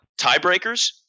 tiebreakers